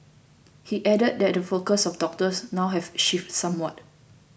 he added that the focus of doctors now have shifted somewhat